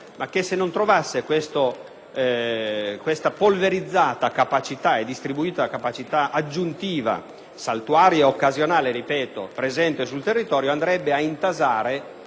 ma che, se non trovasse questa polverizzata e distribuita capacità aggiuntiva, saltuaria o occasionale, presente sul territorio, andrebbe a intasare